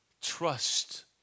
trust